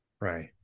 Right